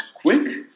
quick